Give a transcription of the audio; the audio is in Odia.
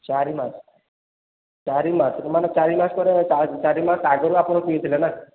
ଚାରି ମାସ ଚାରି ମାସ ମାନେ ଚାରି ମାସ ପରେ ଚାରି ମାସ ଆଗରୁ ଆପଣ କିଣିଥିଲେ ନା